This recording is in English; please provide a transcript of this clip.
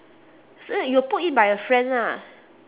so you pulled in by a friend lah